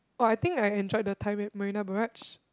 oh I think I enjoyed the time at Marina-Barrage